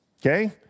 Okay